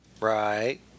right